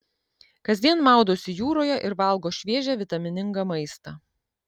kasdien maudosi jūroje ir valgo šviežią vitaminingą maistą